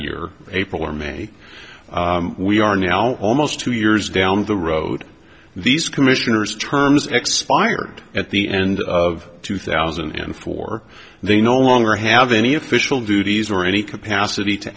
year april or may we are now almost two years down the road these commissioners terms expired at the end of two thousand and four and they no longer have any official duties or any capacity to